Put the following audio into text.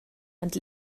and